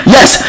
Yes